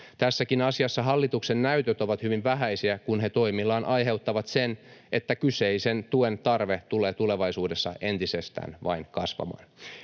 Tässäkin asiassa hallituksen näytöt ovat hyvin vähäisiä, kun he toimillaan aiheuttavat sen, että kyseisen tuen tarve tulee tulevaisuudessa entisestään vain kasvamaan.